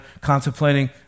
contemplating